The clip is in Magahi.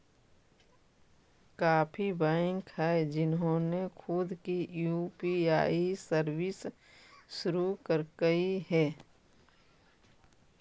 काफी बैंक हैं जिन्होंने खुद की यू.पी.आई सर्विस शुरू करकई हे